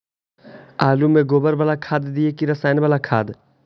आलु में गोबर बाला खाद दियै कि रसायन बाला खाद?